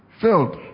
filled